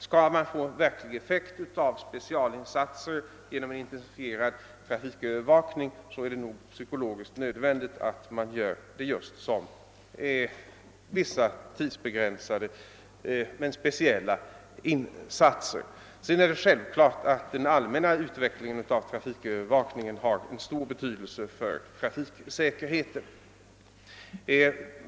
Skall man nå en verklig effekt med specialinsatser, såsom en intensifierad trafikövervakning, är det nog psykologiskt nödvändigt att man gör dem som tidsbegränsade och speciella insatser. Det är självklart att den allmänna utvecklingen av trafikövervakningen har stor betydelse för trafiksäkerheten.